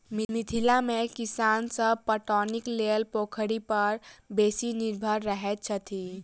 मिथिला मे किसान सभ पटौनीक लेल पोखरि पर बेसी निर्भर रहैत छथि